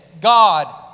God